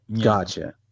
Gotcha